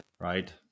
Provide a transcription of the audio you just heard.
right